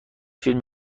فیلم